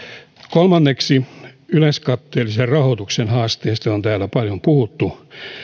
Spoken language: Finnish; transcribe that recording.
kolmanneksi yleiskatteellisen rahoituksen haasteista on täällä paljon puhuttu